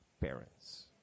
parents